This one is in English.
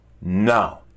no